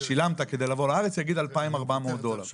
שילם כדי לבוא לארץ הוא יגיד 2,400 דולר.